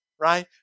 right